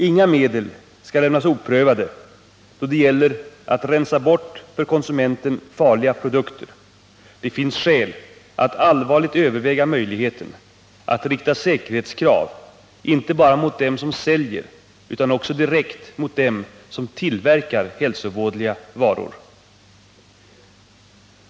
Inga medel skall lämnas oprövade då det gäller att rensa bort för konsumenten farliga produkter. Det finns skäl att allvarligt överväga möjligheten att rikta säkerhetskrav inte bara mot dem som säljer utan också direkt mot dem som tillverkar hälsovådliga varor.